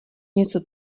něco